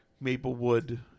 Maplewood